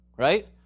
Right